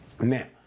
Now